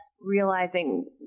realizing